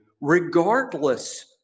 regardless